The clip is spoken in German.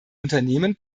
unternehmen